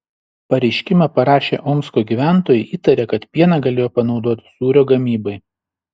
pareiškimą parašę omsko gyventojai įtaria kad pieną galėjo panaudoti sūrio gamybai